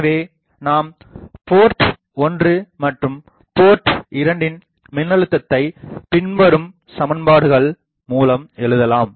எனவே நாம் போர்ட் 1 மற்றும் போர்ட்2ன் மின்னழுத்தத்தை பின்வரும்சமன்பாடுகள் மூலமாக எழுதலாம்